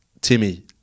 Timmy